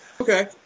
Okay